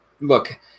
look